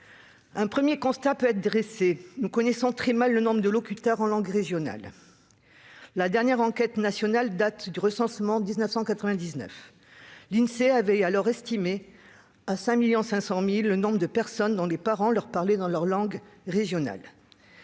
Un premier constat peut être dressé : nous connaissons très mal le nombre de locuteurs de langues régionales. La dernière enquête nationale date du recensement de 1999. L'Insee avait alors évalué à 5,5 millions le nombre de personnes déclarant que leurs parents leur parlaient dans une langue régionale.